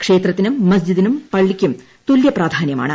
ക്ഷേത്രത്തിനും മസ്ജിദിനും പള്ളിക്കുറ്റ തുല്യപ്രധാന്യമാണ്